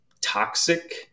toxic